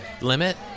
limit